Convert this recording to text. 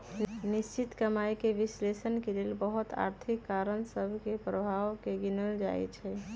निश्चित कमाइके विश्लेषण के लेल बहुते आर्थिक कारण सभ के प्रभाव के गिनल जाइ छइ